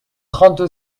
trente